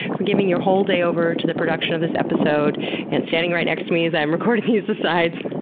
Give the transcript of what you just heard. for giving your whole day over to the production of this episode and standing right next to me as i'm recording these asides.